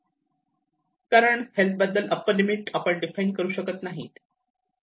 कारण हेल्थ बद्दल upper limit आपण डिफाइन करू शकत नाही